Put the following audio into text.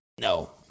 No